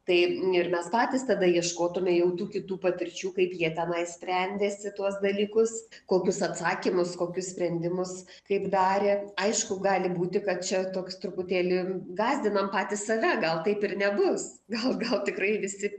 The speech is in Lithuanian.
tai ir mes patys tada ieškotume jau tų kitų patirčių kaip jie tenai sprendėsi tuos dalykus kokius atsakymus kokius sprendimus kaip darė aišku gali būti kad čia toks truputėlį gąsdinam patys save gal taip ir nebus gal gal tikrai visi